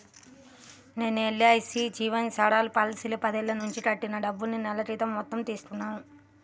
నేను ఎల్.ఐ.సీ జీవన్ సరల్ పాలసీలో పదేళ్ళ నుంచి కట్టిన డబ్బుల్ని నెల క్రితం మొత్తం తీసుకున్నాను